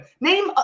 Name